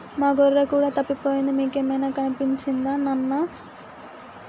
మా గొర్రె కూడా తప్పిపోయింది మీకేమైనా కనిపించిందా నిన్న మేతగాని వెళ్లి మళ్లీ రాలేదు